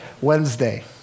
Wednesday